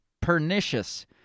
pernicious